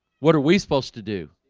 what are we supposed to do